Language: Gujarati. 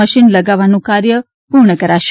મશીન લગાવવાનું કાર્ય પૂર્ણ કરાશે